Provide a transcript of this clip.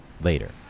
later